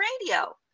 Radio